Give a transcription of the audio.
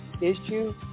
issue